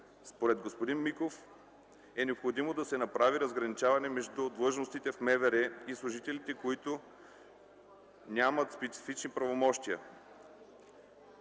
Според господин Миков е необходимо да се направи разграничение между длъжностите в МВР и служителите, които нямат специфични правомощия,